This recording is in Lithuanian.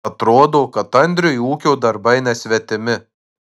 atrodo kad andriui ūkio darbai nesvetimi